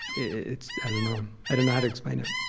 it's i don't know. i don't know how to explain it.